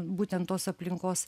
būtent tos aplinkos